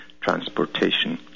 transportation